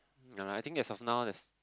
ya I think as of now there's